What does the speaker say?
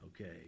Okay